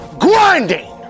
grinding